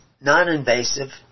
non-invasive